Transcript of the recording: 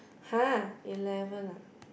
har eleven ah